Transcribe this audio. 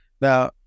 Now